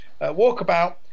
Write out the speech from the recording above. Walkabout